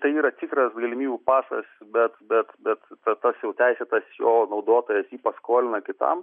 tai yra tikras galimybių pasas bet bet bet tas jau teisėtas jo naudotojas jį paskolina kitam